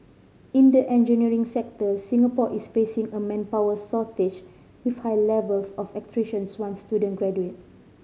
in the engineering sector Singapore is facing a manpower shortage with high levels of once student graduate